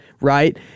right